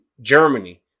Germany